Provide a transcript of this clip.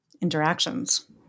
interactions